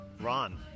Ron